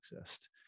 exist